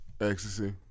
Ecstasy